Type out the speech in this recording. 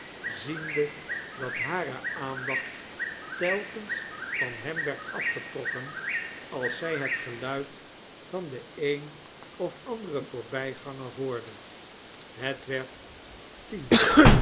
ziende dat hare aandacht telkens van hem werd afgetrokken als zy het geluid van den een of anderen voorbyganger hoorde het werd tien